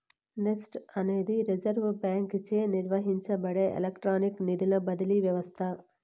NEFT అనేది reserve బాంకీచే నిర్వహించబడే ఎలక్ట్రానిక్ నిధుల బదిలీ వ్యవస్త